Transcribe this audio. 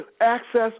access